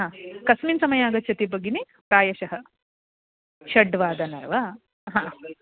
हा कस्मिन् समये आगच्छति भगिनि प्रायशः षड्वादने वा हा